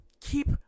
Keep